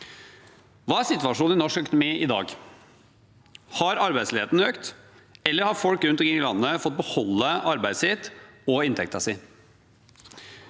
Hva er situasjonen i norsk økonomi i dag? Har arbeidsledigheten økt, eller har folk rundt omkring i landet fått beholde arbeidet sitt og inntekten